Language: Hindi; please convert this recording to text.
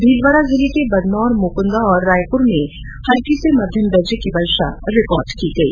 भीलवाडा जिले में बदनोर मोकुन्दा और रायपुर में भी हल्की से मध्यम दर्जे की वर्षा रिकॉर्ड की गई